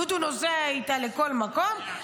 דודו נוסע איתה לכל מקום.